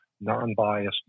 non-biased